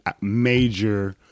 major